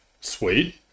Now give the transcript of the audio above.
sweet